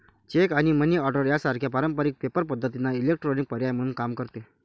check आणि money order सारख्या पारंपारिक पेपर पद्धतींना इलेक्ट्रॉनिक पर्याय म्हणून काम करते